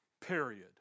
period